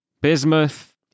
Bismuth